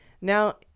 now